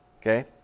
okay